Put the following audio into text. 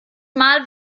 mal